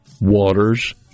Waters